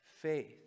faith